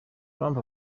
trump